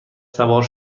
سوار